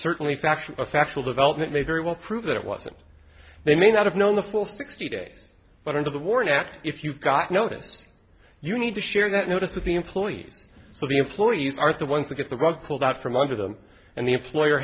factual a factual development may very well prove that it wasn't they may not have known the full sixty days but under the warren act if you've got no didn't you need to share that notice with the employees of the employees are the ones to get the rug pulled out from under them and the employer